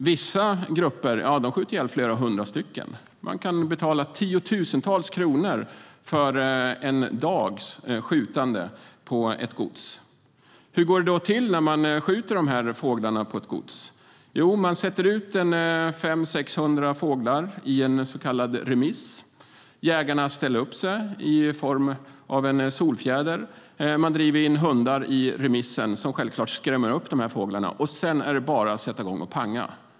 Vissa grupper skjuter ihjäl flera hundra stycken. Man kan betala tiotusentals kronor för en dags skjutande på ett gods. Hur går det då till när man skjuter de här fåglarna på ett gods? Jo, man sätter ut 500-600 fåglar i en så kallad remiss. Jägarna ställer sig i form av en solfjäder. Man driver in hundar i remissen som självklart skrämmer upp fåglarna. Sedan är det bara att sätta i gång och panga.